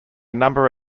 number